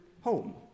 home